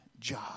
job